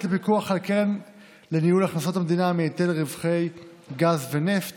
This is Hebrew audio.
לפיקוח על הקרן לניהול הכנסות המדינה מהיטל על רווחי גז ונפט